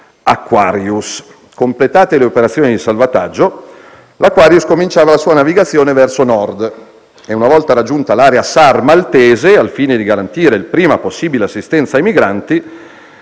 Aquarius. Completate le operazioni di salvataggio, la nave Aquarius cominciava la sua navigazione verso Nord e, una volta raggiunta l'area SAR maltese, al fine di garantire il prima possibile assistenza ai migranti,